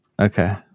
Okay